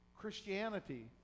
Christianity